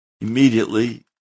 Immediately